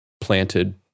planted